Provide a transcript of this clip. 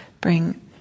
bring